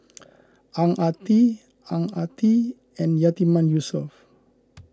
Ang Ah Tee Ang Ah Tee and Yatiman Yusof